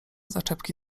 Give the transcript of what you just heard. zaczepki